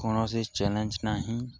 କୌଣସି ଚ୍ୟାଲେଞ୍ଜ ନାହିଁ